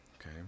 Okay